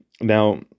Now